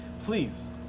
Please